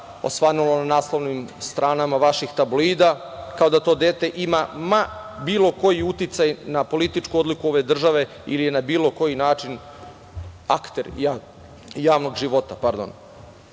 osvanulo na naslovnim stranama vaših tabloida, kao da to dete ima ma bilo koji uticaj na političku odluku ove države ili je na bilo koji način akter javnog života.